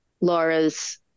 Laura's